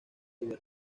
debía